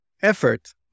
effort